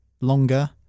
Longer